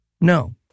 No